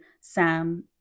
Sam